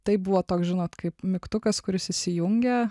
tai buvo toks žinot kaip mygtukas kuris įsijungia